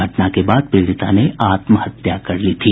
घटना के बाद पीड़िता ने आत्महत्या कर ली थी